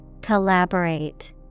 Collaborate